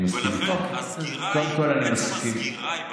לכן עצם הסגירה היא בעייתית.